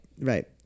Right